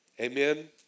Amen